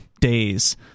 days